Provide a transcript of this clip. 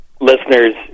listeners